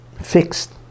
fixed